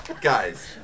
Guys